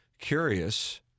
curious